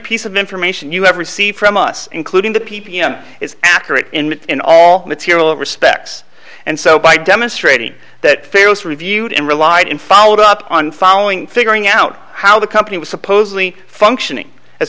piece of information you have received from us including the p p m is accurate in all material respects and so by demonstrating that fear was reviewed and relied in follow up on following figuring out how the company was supposedly functioning as